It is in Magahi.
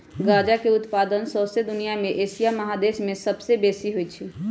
गजा के उत्पादन शौसे दुनिया में एशिया महादेश में सबसे बेशी होइ छइ